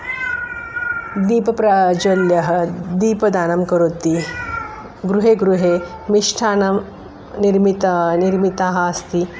दीपप्राज्वल्यः दीपदानं करोति गृहे गृहे मिष्ठान्नं निर्मिता निर्मिताः अस्ति